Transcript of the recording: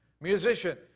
Musician